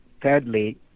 Thirdly